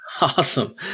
Awesome